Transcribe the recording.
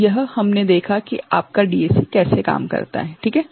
तो यह हमने देखा कि आपका DAC कैसे काम करता है ठीक है